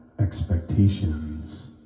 expectations